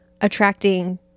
attracting